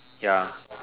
ya